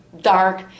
dark